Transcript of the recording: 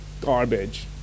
garbage